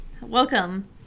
Welcome